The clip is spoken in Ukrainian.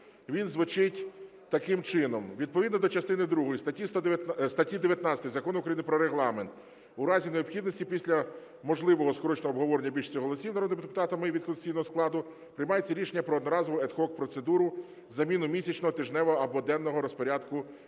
Він звучить таким чином. Відповідно до частини другої статті 19 Закону України про Регламент у разі необхідності після можливого скороченого обговорення більшістю голосів народних депутатів від конституційного складу приймається рішення про одноразову ad hoc процедуру заміни місячного, тижневого або денного порядку роботи